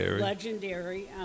Legendary